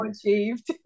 achieved